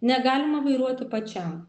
negalima vairuoti pačiam